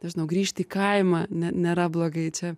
nežinau grįžt į kaimą ne nėra blogai čia